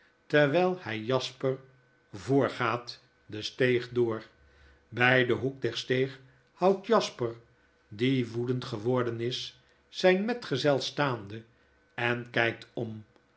wflzende terwfllhfl jasper voorgaat de steeg door bfl den hoek der steeg houdt jasper die woedend geworden is zfln metgezel staande en kflkt om